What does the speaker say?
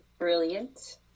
Brilliant